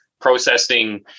processing